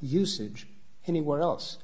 usage anywhere else